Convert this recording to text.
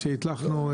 שהצלחנו,